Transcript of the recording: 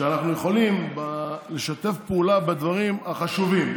שאנחנו יכולים לשתף פעולה בדברים החשובים,